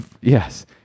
Yes